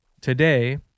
today